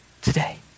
today